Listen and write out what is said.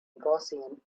gaussian